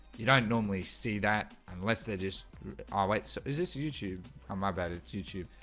you don't normally see that unless they're just oh wait so is this youtube? um, i bet it's youtube.